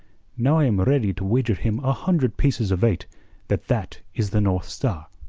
now i am ready to wager him a hundred pieces of eight that that is the north star.